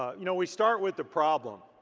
ah you know we start with the problem.